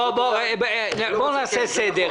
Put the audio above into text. בואו נעשה סדר.